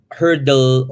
hurdle